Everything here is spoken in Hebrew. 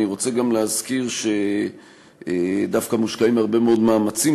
אני רוצה גם להזכיר שדווקא מושקעים הרבה מאוד מאמצים